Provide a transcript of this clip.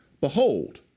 behold